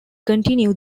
continue